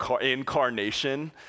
Incarnation